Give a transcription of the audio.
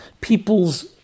peoples